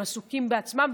הם עסוקים בעצמם.